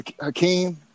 Hakeem